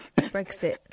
Brexit